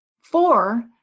Four